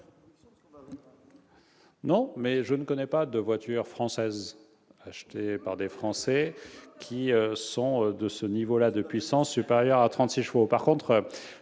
? Je ne connais pas de voitures françaises, achetées par des Français, de ce niveau-là de puissance, supérieur à 36 chevaux.